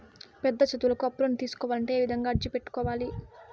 పెద్ద చదువులకు అప్పులను తీసుకోవాలంటే ఏ విధంగా అర్జీ పెట్టుకోవాలి?